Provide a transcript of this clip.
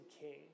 king